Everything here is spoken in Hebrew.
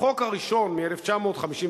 בחוק הראשון, מ-1959,